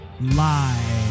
live